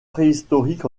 préhistoriques